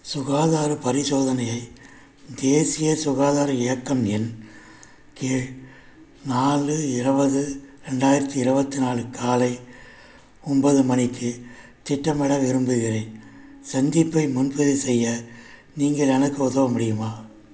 சுகாதார பரிசோதனையை தேசிய சுகாதார இயக்கம் எண் கீழ் நாலு இருவது ரெண்டாயிரத்தி இருவத்து நாலு காலை ஒம்போது மணிக்கு திட்டமிட விரும்புகிறேன் சந்திப்பை முன்பதிவு செய்ய நீங்கள் எனக்கு உதவ முடியுமா